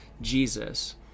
Jesus